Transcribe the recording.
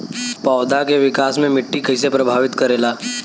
पौधा के विकास मे मिट्टी कइसे प्रभावित करेला?